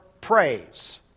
praise